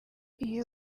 iyo